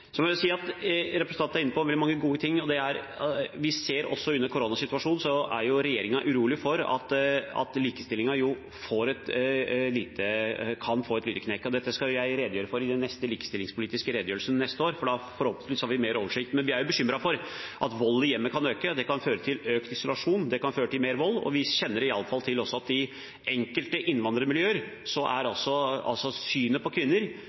Representanten er inne på veldig mange gode ting. Under koronasituasjonen er regjeringen urolig for at likestillingen kan få en liten knekk. Dette skal jeg redegjøre for i den neste likestillingspolitiske redegjørelsen neste år, for da har vi forhåpentligvis mer oversikt. Men vi er bekymret for at vold i hjemmet kan øke. Det kan føre til økt isolasjon, og det kan føre til mer vold. Vi kjenner i alle fall til at det i enkelte innvandrermiljøer er et annet syn på kvinner